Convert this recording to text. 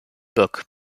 book